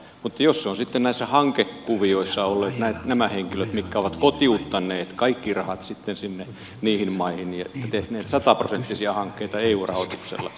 mutta jos sitten näissä hankekuvioissa ovat olleet nämä henkilöt jotka ovat kotiuttaneet kaikki rahat sitten sinne niihin maihin ja tehneet sataprosenttisia hankkeita eu rahoituksella